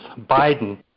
Biden